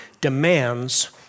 demands